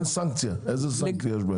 איזו סנקציה יש בהם?